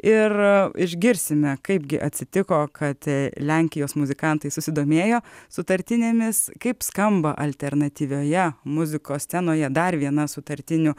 ir išgirsime kaipgi atsitiko kad lenkijos muzikantai susidomėjo sutartinėmis kaip skamba alternatyvioje muzikos scenoje dar viena sutartinių